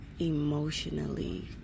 emotionally